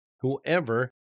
whoever